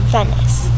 Venice